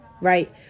right